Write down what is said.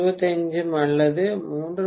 25 அல்லது 3